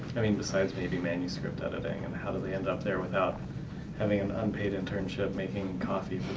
i mean besides maybe manuscript editing, and how do we end up there without having an unpaid internship making